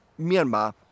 Myanmar